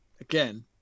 again